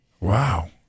Wow